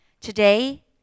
Today